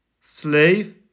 slave